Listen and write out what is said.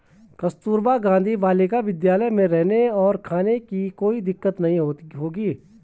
कस्तूरबा गांधी बालिका विद्यालय में रहने और खाने की कोई दिक्कत नहीं होगी